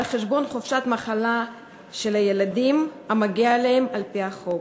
חשבון חופשת מחלה של הילדים המגיעה להם על-פי החוק.